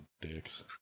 dicks